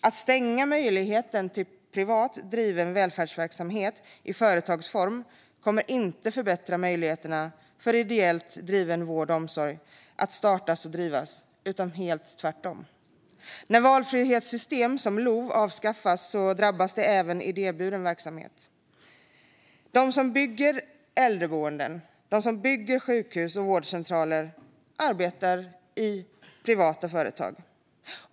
Att stänga möjligheten till privat driven välfärdsverksamhet i företagsform kommer inte att förbättra möjligheterna för ideellt driven vård och omsorg att startas och drivas, tvärtom. När valfrihetssystem som LOV avskaffas drabbar det även idéburen verksamhet. De som bygger äldreboenden, sjukhus och vårdcentraler arbetar i privata företag.